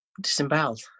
disemboweled